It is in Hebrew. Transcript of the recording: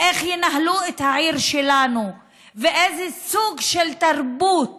איך ינהלו את העיר שלנו ואיזה סוג של תרבות